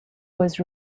was